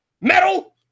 Metal